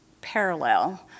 parallel